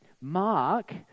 Mark